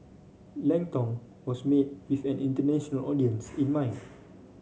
Lang Tong was made with an international audience in mind